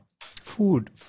food